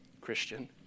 Christian